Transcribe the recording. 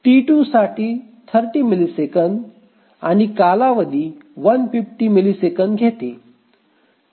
T2 साठी 30 millisecond आणि कालावधी 150 मिलिसेकंद घेते